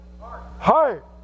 Heart